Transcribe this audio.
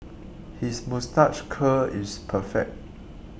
his moustache curl is perfect